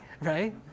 right